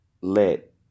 let